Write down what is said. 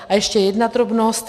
A ještě jedna drobnost.